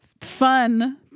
fun